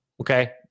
Okay